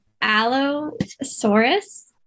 allosaurus